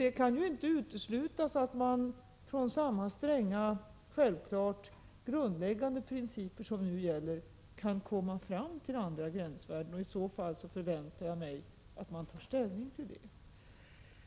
Det kan inte uteslutas att man utifrån samma självklart stränga grundläggande principer som nu gäller kan komma fram till andra gränsvärden, och i så fall förväntar jag mig att man tar ställning till dessa.